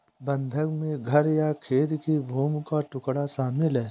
बंधक में घर या खेत की भूमि का टुकड़ा शामिल है